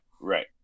right